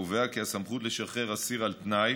קובע כי הסמכות לשחרר אסיר על תנאי